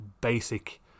basic